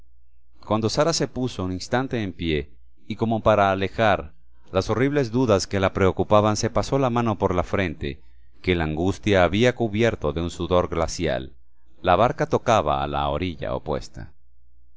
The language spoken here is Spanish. cuando sara se puso un instante en pie y como para alejar las horribles dudas que la preocupaban se pasó la mano por la frente que la angustia había cubierto de un sudor glacial la barca tocaba a la orilla opuesta